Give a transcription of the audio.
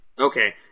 Okay